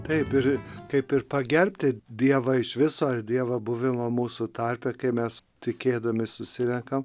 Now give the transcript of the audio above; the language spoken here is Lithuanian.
taip ir kaip ir pagerbti dievą iš viso ar dievo buvimą mūsų tarpe kai mes tikėdami susirenkam